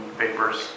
vapors